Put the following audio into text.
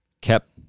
kept